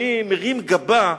אני מרים גבה,